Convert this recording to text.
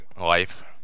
Life